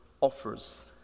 offers